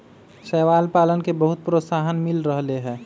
शैवाल पालन के बहुत प्रोत्साहन मिल रहले है